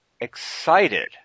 excited